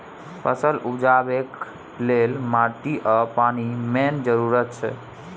फसल उपजेबाक लेल माटि आ पानि मेन जरुरत छै